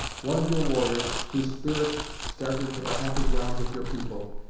one of your warriors whose spirit started for the happy grounds of your people,